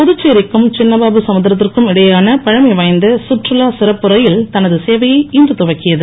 புதுச்சேரிக்கும் சின்னபாபு சமுத்திரத்திற்கும் இடையேயான பழமை வாய்ந்த சுற்றுலா சிறப்பு ரயில் தனது சேவையை இன்று துவக்கியது